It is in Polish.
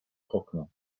okno